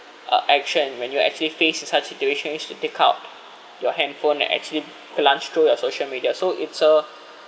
uh action when you are actually face in such situations to take out your handphone and actually plunged through your social media so it's a